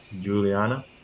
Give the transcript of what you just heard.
Juliana